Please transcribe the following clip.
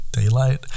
daylight